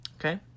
Okay